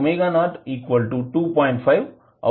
5 అవుతుంది